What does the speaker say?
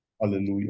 Hallelujah